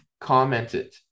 commented